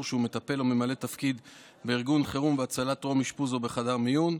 שהוא מטפל או ממלא תפקיד בארגון חירום והצלה טרום אשפוז או בחדר מיון),